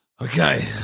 Okay